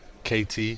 KT